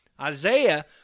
Isaiah